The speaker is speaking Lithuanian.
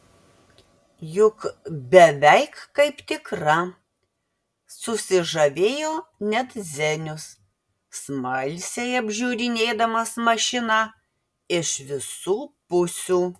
juk beveik kaip tikra susižavėjo net zenius smalsiai apžiūrinėdamas mašiną iš visų pusių